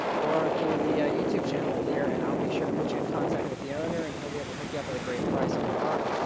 or through the ah youtube channel, here, and i'll be sure to put you in contact with the owner, and he'll be able to hook you up with a great price on the car.